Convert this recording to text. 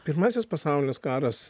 pirmasis pasaulinis karas